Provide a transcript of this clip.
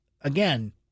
again